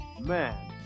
man